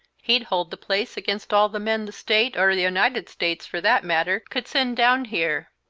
he'd hold the place against all the men the state, or the united states, for that matter, could send down here!